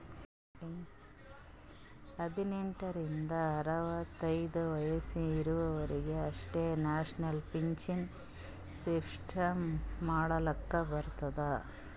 ಹದ್ನೆಂಟ್ ರಿಂದ ಅರವತ್ತೈದು ವಯಸ್ಸ ಇದವರಿಗ್ ಅಷ್ಟೇ ನ್ಯಾಷನಲ್ ಪೆನ್ಶನ್ ಸಿಸ್ಟಮ್ ಮಾಡ್ಲಾಕ್ ಬರ್ತುದ